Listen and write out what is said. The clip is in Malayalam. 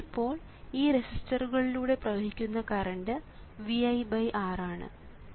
ഇപ്പോൾ ഈ റെസിസ്റ്ററു കളിലൂടെ പ്രവഹിക്കുന്ന കറണ്ട് ViR ആണ്